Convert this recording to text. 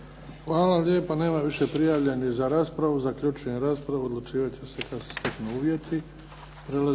Hvala lijepa. Nema više prijavljenih za raspravu. Zaključujem raspravu. Odlučivati će se kada se steknu uvjeti.